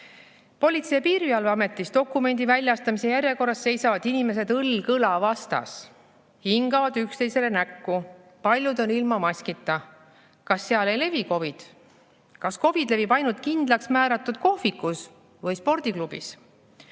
Politsei‑ ja Piirivalveametis dokumendi väljastamise järjekorras seisavad inimesed õlg õla vastas, hingavad üksteisele näkku, paljud on ilma maskita. Kas seal ei levi COVID? Kas COVID levib ainult kindlaksmääratud kohvikus või spordiklubis?